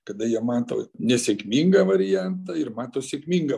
kada jie mato nesėkmingą variantą ir mato sėkmingą